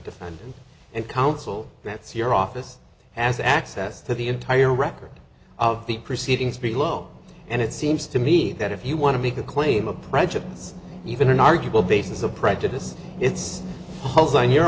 defendant and counsel that's your office has access to the entire record of the proceedings below and it seems to me that if you want to make a claim a prejudice even an arguable basis a prejudice it's holes on your